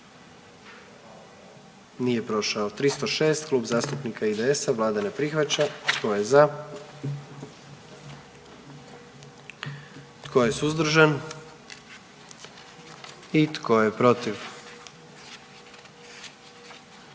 dio zakona. 44. Kluba zastupnika SDP-a, vlada ne prihvaća. Tko je za? Tko je suzdržan? Tko je protiv?